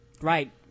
Right